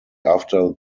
after